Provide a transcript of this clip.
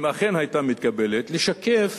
אם אכן היתה מתקבלת, לשקף